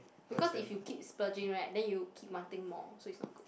because if you keep splurging right then you keep wanting more so it's not good